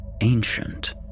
ancient